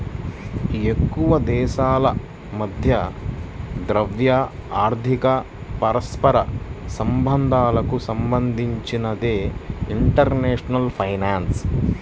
ఎక్కువదేశాల మధ్య ద్రవ్య, ఆర్థిక పరస్పర సంబంధాలకు సంబంధించినదే ఇంటర్నేషనల్ ఫైనాన్స్